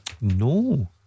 No